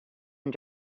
and